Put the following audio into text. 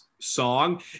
song